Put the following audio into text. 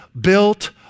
built